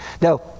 Now